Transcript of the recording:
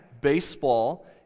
baseball